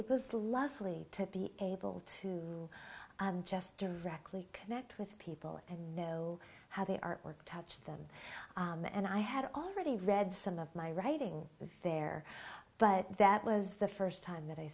it was lovely to be able to just directly connect with people and know how the artwork touched them and i had already read some of my writing there but that was the first time that i